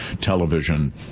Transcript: Television